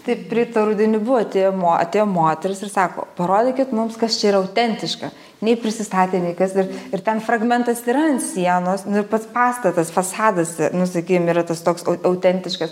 taip praeitą rudenį buvo atėję mo atėjo moteris ir sako parodykit mums kas čia yra autentiška nei prisistatė nei kas dar ir ten fragmentas yra ant sienos nu ir pats pastatas fasadas nu sakykim yra tas toks au autentiškas